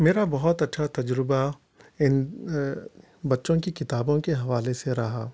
میرا بہت اچھا تجربہ ان بچوں کی کتابوں کے حوالے سے رہا